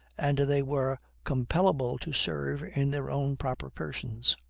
and they were compellable to serve in their own proper persons.